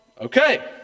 okay